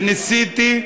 וניסיתי,